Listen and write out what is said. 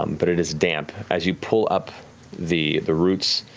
um but it is damp. as you pull up the the roots,